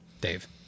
Dave